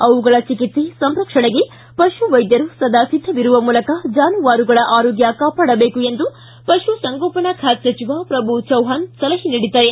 ಅವುಗಳ ಚಿಕಿತ್ಸೆ ಸಂರಕ್ಷಣೆಗೆ ಪಶು ವೈದ್ಯರು ಸದಾ ಸಿದ್ದವಿರುವ ಮೂಲಕ ಜಾನುವಾರುಗಳ ಆರೋಗ್ಯ ಕಾಪಾಡಬೇಕು ಎಂದು ಪಶುಸಂಗೋಪನಾ ಬಾತೆ ಸಚಿವ ಪ್ರಭು ಚವ್ಹಾಣ ಸಲಹೆ ನೀಡಿದ್ದಾರೆ